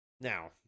Now